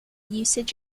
usage